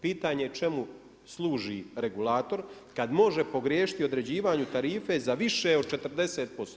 Pitanje čemu služi regulator kad može pogriješiti u određivanju tarife za više od 40%